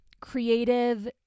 creative